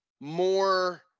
more